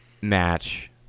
match